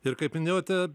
ir kaip minėjote